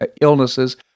illnesses